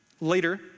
Later